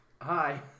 Hi